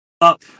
up